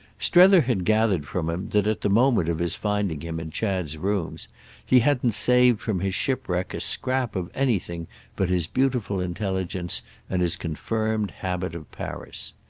strether had gathered from him that at the moment of his finding him in chad's rooms he hadn't saved from his shipwreck a scrap of anything but his beautiful intelligence and his confirmed habit of paris.